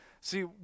See